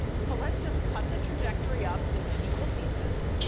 well, let's just cut the trajectory up into equal pieces.